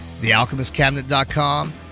thealchemistcabinet.com